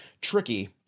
tricky